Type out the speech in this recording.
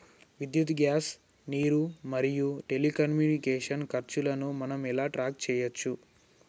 విద్యుత్ గ్యాస్ నీరు మరియు టెలికమ్యూనికేషన్ల ఖర్చులను మనం ఎలా ట్రాక్ చేయచ్చు?